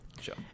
sure